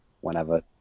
whenever